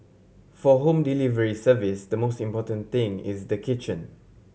for home delivery service the most important thing is the kitchen